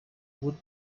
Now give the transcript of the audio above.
wood